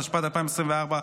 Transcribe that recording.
התשפ"ד 2024,